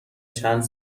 چند